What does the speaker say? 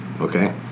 Okay